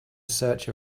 search